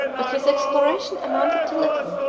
but his exploration amounted to little,